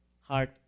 heart